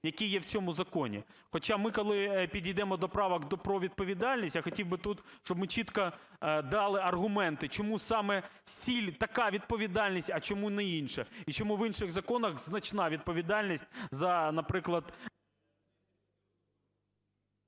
які є в цьому законі. Хоча ми коли підійдемо до правок про відповідальність, я хотів би тут, щоб ми чітко дали аргументи, чому саме така відповідальність, а чому не інша, і чому в інших законах значна відповідальність за, наприклад…